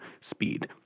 speed